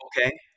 Okay